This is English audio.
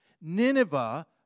Nineveh